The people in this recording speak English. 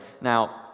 Now